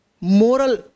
Moral